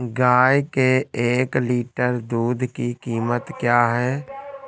गाय के एक लीटर दूध की कीमत क्या है?